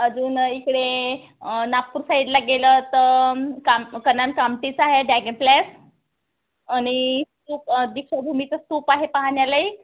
अजून इकडे नागपूर साईडला गेलं तर काम कन्हान काम्पटीचं आहे डॅगन प्लॅस आणि सूप दीक्षाभूमीचं स्तूप आहे पाहण्यालायक